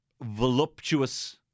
voluptuous